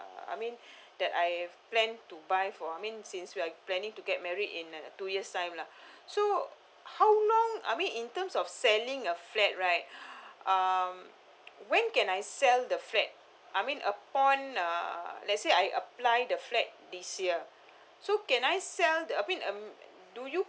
I mean that I plan to buy for I mean since we're planning to get married in like two years time lah so how long I mean in terms of selling a flat right um when can I sell the flat I mean upon uh let's say I apply the flat this year so can I sell I mean um do you